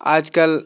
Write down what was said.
आज कल